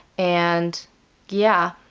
and yeah.